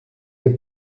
que